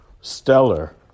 stellar